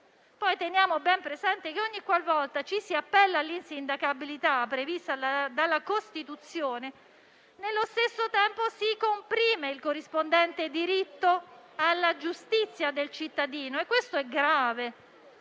teniamo ben presente che, ogni qualvolta ci si appella all'insindacabilità prevista dalla Costituzione, si comprime il corrispondente diritto alla giustizia del cittadino e questo è grave.